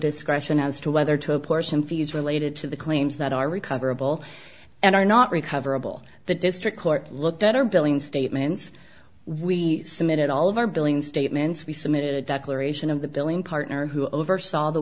discretion as to whether to apportion fees related to the claims that are recoverable and are not recoverable the district court looked at her billing statements we submitted all of our billing statements we submitted a declaration of the billing partner who oversaw the